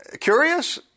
curious